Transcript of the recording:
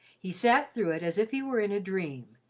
he sat through it as if he were in a dream,